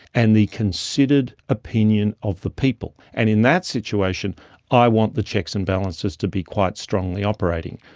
and the considered opinion of the people. and in that situation i want the checks and balances to be quite strongly operating.